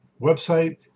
website